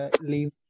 leave